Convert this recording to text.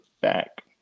back